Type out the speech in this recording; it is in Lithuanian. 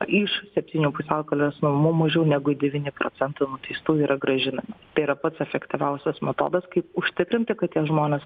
iš septynių pusiaukelės namų mažiau negu devyni procentai nuteistųjų yra grąžinami tai yra pats efektyviausias metodas kaip užtikrinti kad tie žmonės